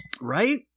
Right